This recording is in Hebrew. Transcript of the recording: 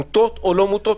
מוטות או לא מוטות,